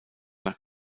nach